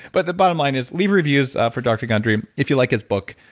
but the bottom line is leave reviews for dr gundry if you like his book.